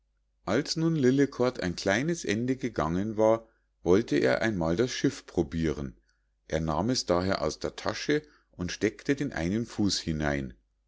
als nun lillekort ein kleines ende gegangen war wollte er einmal das schiff probiren er nahm es daher aus der tasche und steckte den einen fuß hinein